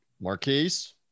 Marquise